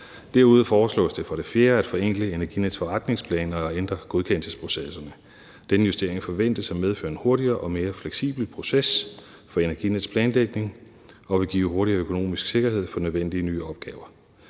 Derudover foreslås det for det fjerde at forenkle Energinets forretningsplan og at ændre godkendelsesprocesserne. Denne justering forventes at medføre en hurtigere og mere fleksibel proces for Energinets planlægning, og den vil give en hurtigere økonomisk sikkerhed for nødvendige nye opgaver.